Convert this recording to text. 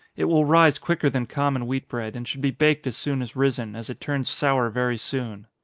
it will rise quicker than common wheat bread, and should be baked as soon as risen, as it turns sour very soon.